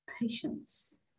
patience